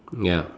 ya